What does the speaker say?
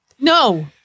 No